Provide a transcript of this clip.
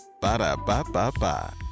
Ba-da-ba-ba-ba